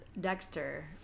Dexter